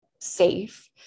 safe